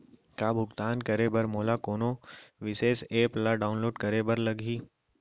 का भुगतान करे बर मोला कोनो विशेष एप ला डाऊनलोड करे बर लागही